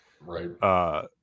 Right